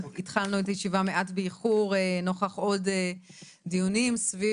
התחלנו את הישיבה מעט באיחור נוכח עוד דיונים סביב